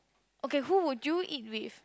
okay who would you eat with